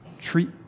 treat